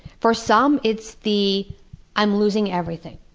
for some, it's the i'm losing everything.